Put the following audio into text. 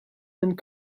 and